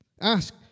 Ask